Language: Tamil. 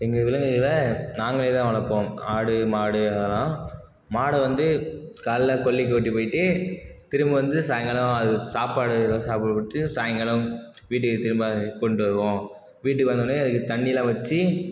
எங்கள் விலங்குகளை நாங்களே தான் வளர்ப்போம் ஆடு மாடு அதெலாம் மாடை வந்து காலைல கொல்லைக்கு ஓட்டிப் போயிட்டு திரும்ப வந்து சாய்ங்காலம் அதுக்கு சாப்பாடு எதாது சாப்பிட கொடுத்து சாய்ங்காலம் வீட்டுக்கு திரும்ப கொண்டுவருவோம் வீட்டுக்கு வந்தோன்னே அதுக்கு தண்ணிலாம் வச்சு